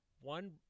One